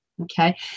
Okay